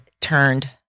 turned